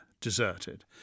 deserted